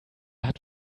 hat